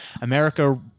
America